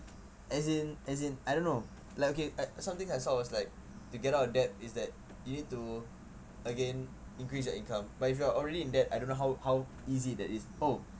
as in as in I don't know like okay I something I saw was like to get out of debt is that you need to again increase your income but if you are already in debt I don't know how how easy that is oh